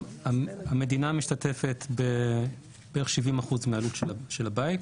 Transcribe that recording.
המדינה משתתפת בבערך 70% מהעלות של הבית,